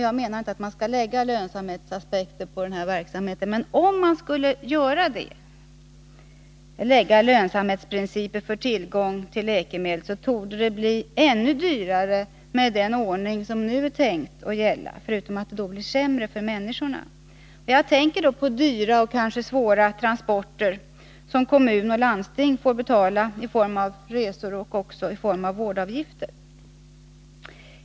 Jag menar inte att man skall lägga lönsamhetsaspekter på den här verksamheten, men om man skulle göra det — alltså ha lönsamhetsprinciper för tillgång till läkemedel — torde det bli än dyrare med den ordning som nu är tänkt att gälla, förutom att det blir sämre för människorna. Jag tänkter då på dyra och kanske svåra transporter som kommun och landsting får betala i form av resor och vårdavgifter.